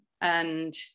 And-